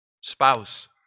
spouse